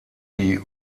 die